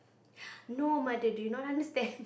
no mother do you not understand